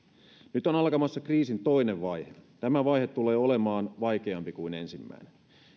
nyt on alkamassa kriisin toinen vaihe tämä vaihe tulee olemaan vaikeampi kuin ensimmäinen